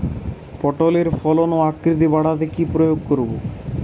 পটলের ফলন ও আকৃতি বাড়াতে কি প্রয়োগ করব?